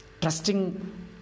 Trusting